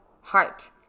heart